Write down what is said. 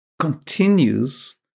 continues